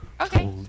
Okay